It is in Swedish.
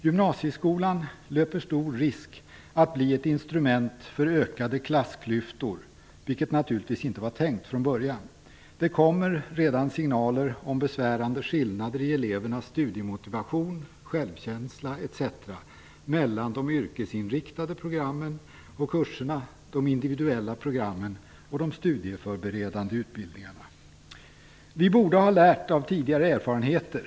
Gymnasieskolan löper stor risk att bli ett instrument för ökade klassklyftor, vilket naturligtvis inte var tänkt från början. Det kommer redan signaler om besvärande skillnader i elevernas studiemotivation, självkänsla etc. mellan de yrkesinriktade programmen och kurserna, de individuella programmen och de studieförberedande utbildningarna. Vi borde ha lärt av tidigare erfarenheter.